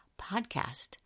podcast